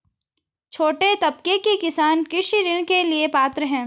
छोटे तबके के किसान कृषि ऋण के लिए पात्र हैं?